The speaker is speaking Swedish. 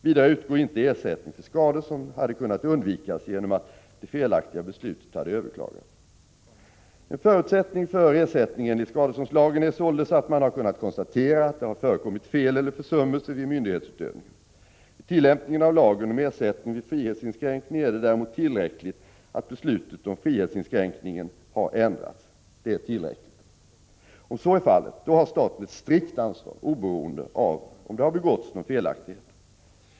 Vidare utgår inte ersättning för skador som hade kunnat undvikas genom att det felaktiga beslutet hade överklagats. En förutsättning för ersättning enligt skadeståndslagen är således att man har kunnat konstatera att det har förekommit fel eller försummelse vid myndighetsutövningen. Vid tillämpningen av lagen om ersättning vid frihetsinskränkning är det däremot tillräckligt att beslutet om frihetsinskränkningen har ändrats. Om så är fallet, har staten ett strikt ansvar oberoende av om det har begåtts någon felaktighet.